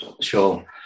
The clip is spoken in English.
Sure